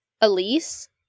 Elise